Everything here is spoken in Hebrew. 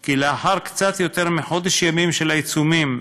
כי לאחר קצת יותר מחודש ימים של עיצומים,